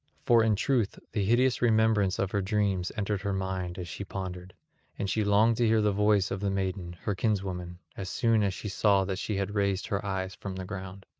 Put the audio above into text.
for in truth the hideous remembrance of her dreams entered her mind as she pondered and she longed to hear the voice of the maiden, her kinswoman, as soon as she saw that she had raised her eyes from the ground.